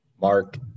Mark